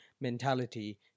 mentality